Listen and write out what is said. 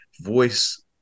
voice